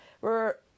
were